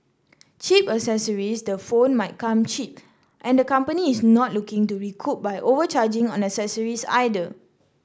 cheap accessories the phone might come cheap and the company is not looking to recoup by overcharging on accessories either